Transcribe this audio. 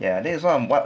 ya that's what I'm what